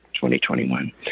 2021